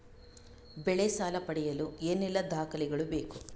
ಬೆಳೆ ಸಾಲ ಪಡೆಯಲು ಏನೆಲ್ಲಾ ದಾಖಲೆಗಳು ಬೇಕು?